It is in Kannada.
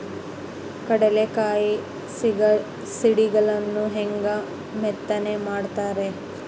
ಕಡಲೆಕಾಯಿ ಸಿಗಡಿಗಳನ್ನು ಹ್ಯಾಂಗ ಮೆತ್ತನೆ ಮಾಡ್ತಾರ ರೇ?